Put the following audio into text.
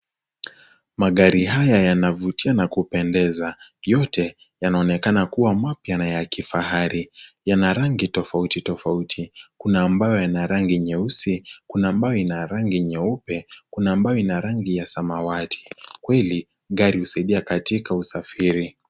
Magari haya yanavutia na kupendeza. Yote yanaonekana kuwa mapya na ya kifahari. Yana rangi tofauti tofauti, kuna ambayo yana rangi nyeusi, kuna ambayo ina rangi nyeupe, kuna ambayo ina ya rangi ya samawati. Kweli gari husaidia katika usafiri.